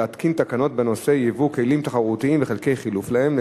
להתקין תקנות בנושא ייבוא כלים תחרותיים וחלקי חילוף להם,